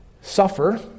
suffer